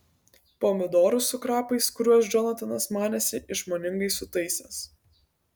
pomidorus su krapais kuriuos džonatanas manėsi išmoningai sutaisęs